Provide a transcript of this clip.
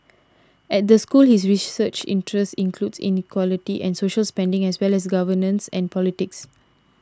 at the school his research interests includes inequality and social spending as well as governance and politics